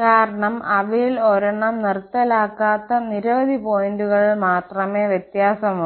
കാരണം അവയിൽ ഒരെണ്ണം നിർത്തലാക്കാത്ത നിരവധി പോയിന്റുകളിൽ മാത്രമേ വ്യത്യാസമുള്ളൂ